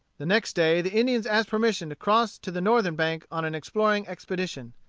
the next day the indians asked permission to cross to the northern bank on an exploring expedition.